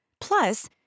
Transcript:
Plus